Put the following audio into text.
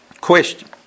Question